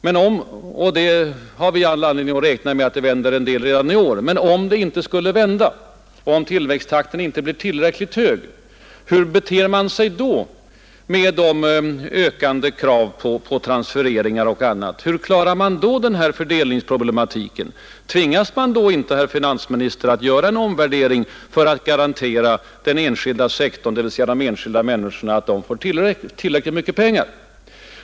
Vi har all anledning att räkna med att det skall börja vända redan i år, men om det inte gör det och om tillväxttakten inte blir tillräckligt hög, hur beter sig regeringen då med de ökande kraven på transfereringar och annat, hur klarar man då fördelningsproblematiken? Tvingas man då inte, herr finansminister, att göra en ny avvägning för att garantera den enskilda sektorn, dvs. de enskilda människorna, tillräckligt mycket pengar?